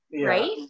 right